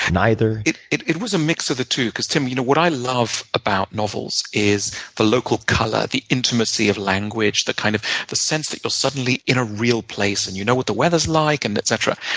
neither? it it was a mix of the two, because tim, you know what i love about novels is the local color, the intimacy of language, the kind of the sense that you're suddenly in a real place. and you know what the weather's like, and etc.